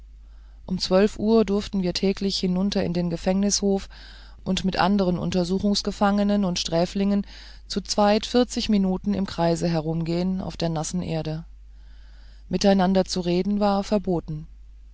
um zwölf uhr durften wir täglich hinunter in den gefängnishof und mit anderen untersuchungsgefangenen und sträflingen zu zwei minuten im kreis herumgehen auf der nassen erde miteinander zu reden war verboten